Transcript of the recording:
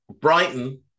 Brighton